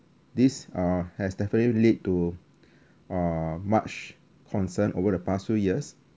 this uh has definitely led to uh much concern over the past few years